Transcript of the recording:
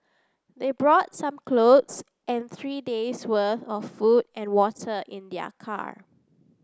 they brought some clothes and three days' worth of food and water in their car